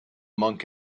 monk